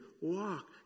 walk